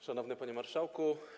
Szanowny Panie Marszałku!